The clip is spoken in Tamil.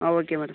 ah okay madam